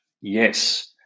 Yes